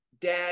Dad